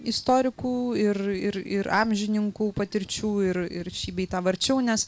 istorikų ir ir ir amžininkų patirčių ir ir šį bei tą varčiau nes